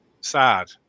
sad